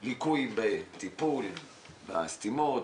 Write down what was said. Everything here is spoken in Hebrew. ליקוי בטיפול בסתימות,